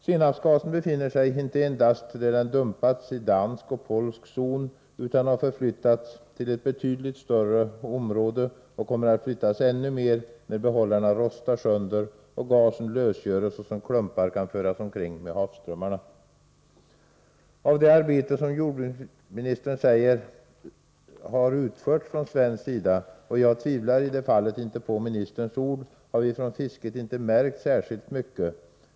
Senapsgasen befinner sig inte endast där den dumpats i dansk och polsk zon utan har förflyttats till betydligt större områden och kommer att flyttas ännu mera när behållarna rostar sönder och gasen lösgöres och som klumpar kan föras omkring med havsströmmarna. Av det arbete som jordbruksministern säger har utförts från svensk sida — och jag tvivlar i det fallet inte på ministerns ord — har vi från fisket inte märkt särskilt mycket.